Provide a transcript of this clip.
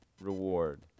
reward